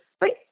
Wait